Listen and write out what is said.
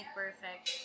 perfect